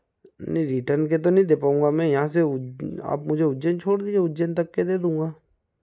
नहीं रिटर्न के तो नहीं दे पाउँगा मैं यहाँ से आप मुझे उज्जैन छोड़ दीजिए उज्जैन तक के दे दूँगा